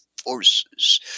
Forces